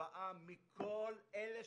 לכל רואי השחורות